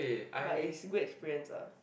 but it's good experience ah